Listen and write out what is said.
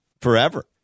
forever